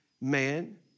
man